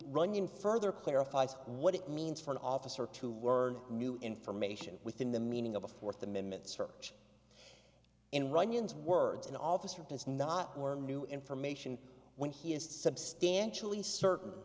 runyan further clarifies what it means for an officer to word new information within the meaning of a fourth amendment search in runyon as words an officer does not learn new information when he is substantially certain